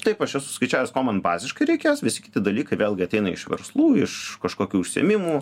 taip aš esu skaičiavęs ko man baziškai reikės visi kiti dalykai vėlgi ateina iš verslų iš kažkokių užsiėmimų